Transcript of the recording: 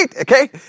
okay